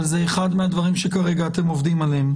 אבל זה אחד מהדברים שכרגע אתם עובדים עליהם.